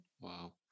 wow